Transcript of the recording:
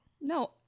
No